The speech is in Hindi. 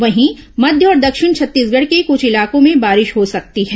वहीं मध्य और दक्षिण छत्तीसगढ़ के कुछ इलाकों में बारिश हो सकती है